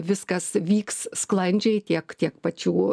viskas vyks sklandžiai tiek tiek pačių